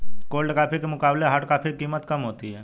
cold coffee के मुकाबले hot coffee की कीमत कम होती है